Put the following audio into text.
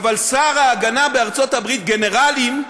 אבל שר ההגנה בארצות-הברית, גנרלים,